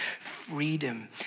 freedom